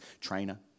trainer